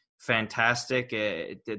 Fantastic